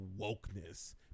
wokeness